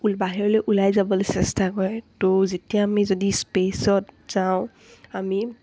বাহিৰলৈ ওলাই যাবলৈ চেষ্টা কৰে ত' যেতিয়া আমি যদি স্পেচত যাওঁ আমি